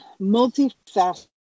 multifaceted